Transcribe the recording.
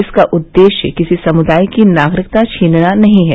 इसका उद्देश्य किसी समुदाय की नागरिकता छीनना नहीं है